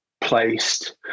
placed